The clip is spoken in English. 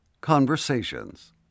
Conversations